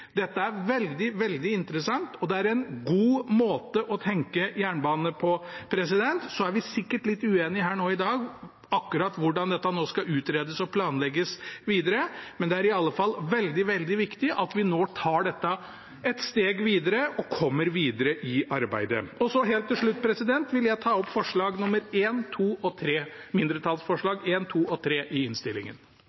Dette er veldig interessant, og det er en god måte å tenke jernbane på. Så er vi sikkert litt uenige her i dag akkurat om hvordan dette nå skal utredes og planlegges videre, men det er i alle fall veldig viktig at vi nå tar dette et steg videre og kommer videre i arbeidet. Helt til slutt vil jeg ta opp mindretallsforslagene nr. 1, 2 og